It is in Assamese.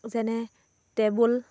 যেনে টেবুল